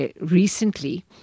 recently